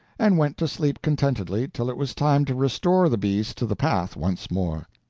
and went to sleep contentedly till it was time to restore the beast to the path once more.